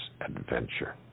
adventure